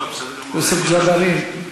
יוסף ג'בארין,